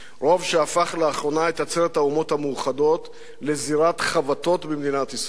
רוב שהפך לאחרונה את עצרת האומות המאוחדות לזירת חבטות במדינת ישראל.